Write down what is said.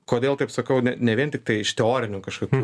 kodėl taip sakau ne ne vien tiktai iš teorinių kažkokių